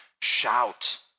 shout